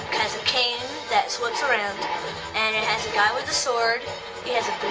has a cane that sweeps around and it has a guy with a sword he has